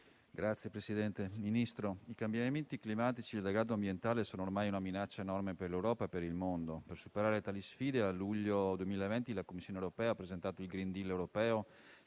*(M5S)*. Signor Ministro, i cambiamenti climatici e il degrado ambientale sono ormai una minaccia enorme per l'Europa e per il mondo. Per superare tali sfide, a luglio 2020 la Commissione europea ha presentato il *green deal* europeo,